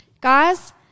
Guys